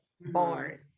bars